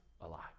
alive